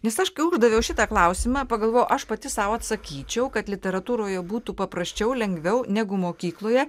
nes aš kai uždaviau šitą klausimą pagalvojau aš pati sau atsakyčiau kad literatūroje būtų paprasčiau lengviau negu mokykloje